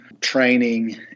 training